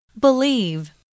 believe